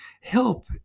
help